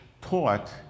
taught